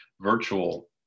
virtual